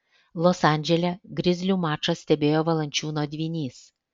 los andžele grizlių mačą stebėjo valančiūno dvynys